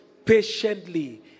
patiently